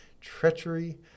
Treachery